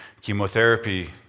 chemotherapy